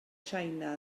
china